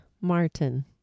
Martin